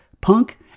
punk